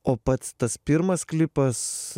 o pats tas pirmas klipas